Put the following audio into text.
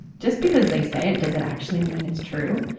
just because they say it, does it actually mean it's true?